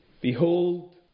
Behold